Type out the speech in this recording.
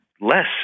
less